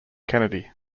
kennedy